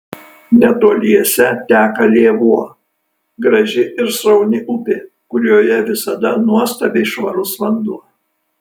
netoliese teka lėvuo graži ir srauni upė kurioje visada nuostabiai švarus vanduo